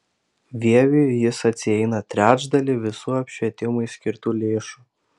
vieviui jis atsieina trečdalį visų apšvietimui skirtų lėšų